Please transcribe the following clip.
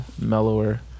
mellower